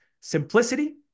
Simplicity